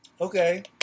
Okay